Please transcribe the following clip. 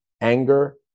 anger